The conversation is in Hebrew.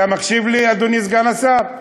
אתה מקשיב לי, אדוני סגן השר?